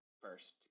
first